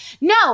no